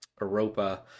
Europa